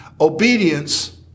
Obedience